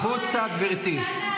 החוצה, גברתי.